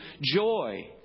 joy